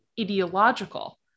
ideological